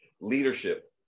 Leadership